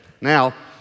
now